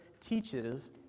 teaches